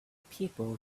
people